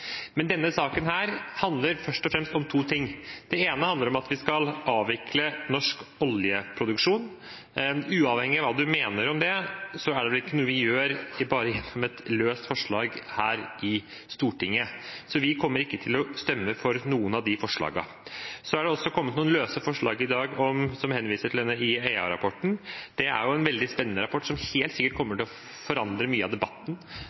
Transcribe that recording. Men denne saken handler først og fremst om to ting. Den ene handler om at vi skal avvikle norsk oljeproduksjon. Uavhengig av hva en mener om det, er det ikke noe vi gjør bare med løse forslag her i Stortinget, så vi kommer ikke til å stemme for noen av de forslagene. Så har det også kommet noen forslag i dag som henviser til IEA-rapporten. Det er en veldig spennende rapport, som helt sikkert kommer til å forandre mye av debatten